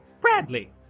Bradley